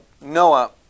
Noah